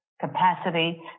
capacity